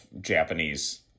japanese